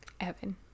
Evan